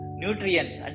nutrients